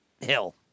hill